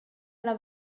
alla